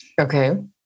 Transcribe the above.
Okay